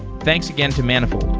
thanks again to manifold.